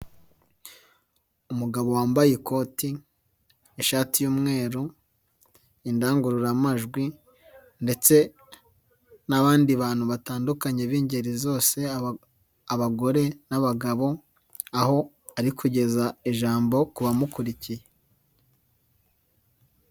Umugabo wambaye ikot, ishati y'umweru, indangururamajwi ndetse n'abandi bantu batandukanye b'ingeri zose, abagore n'abagabo aho ari kugeza ijambo ku bamukurikiye.